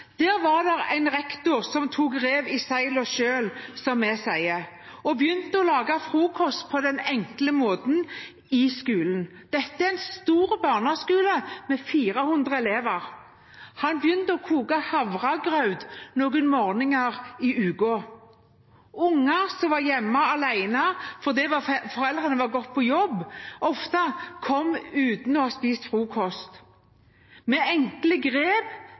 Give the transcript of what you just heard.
en rektor selv rev i seilene – som vi sier – og begynte å lage frokost på den enkle måten i skolen. Dette er en stor barneskole med 400 elever. Han kokte havregrøt noen morgener i uken. Unger som var hjemme alene fordi foreldrene hadde gått på jobb, kom ofte uten å ha spist frokost. Med enkle grep